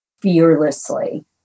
fearlessly